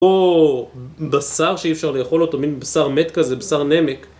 או בשר שאי אפשר לאכול אותו, מין בשר מת כזה, בשר נמק